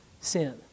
sin